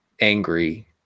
angry